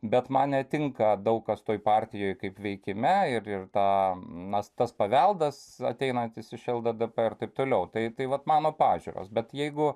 bet man netinka daug kas toj partijoj kaip veikime ir tą na tas paveldas ateinantis iš lddp ir taip toliau tai tai vat mano pažiūros bet jeigu